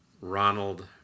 Ronald